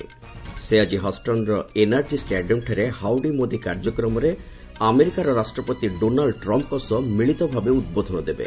ସେ ଆଜି ହଷ୍ଟନ୍ର ଏନଆରକି ଷ୍ଟାଡିୟମଠାରେ ହାଉଡି ମୋଦି କାର୍ଯ୍ୟକ୍ରମରେ ଆମେରିକାର ରାଷ୍ଟ୍ରପତି ଡୋନାଲୁ ଟ୍ରମ୍ପଙ୍କ ସହ ମିଳିତଭାବେ ଉଦ୍ବୋଧନ ଦେବେ